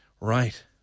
right